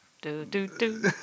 Do-do-do